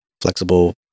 flexible